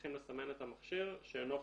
צריכים לסמן את המכשיר שאינו חדש,